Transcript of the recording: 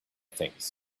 things